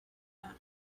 that